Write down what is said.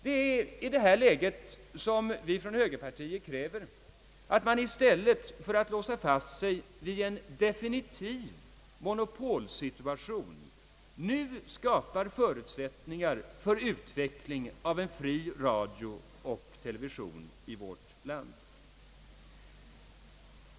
Det är i det läget som vi från högerpartiet kräver att man i stället för att låsa sig fast vid en definitiv monopolsituation nu skall skapa förutsättningar för utvecklingen av en fri radio och television i vårt land.